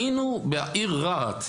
היינו בעיר רהט.